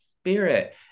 spirit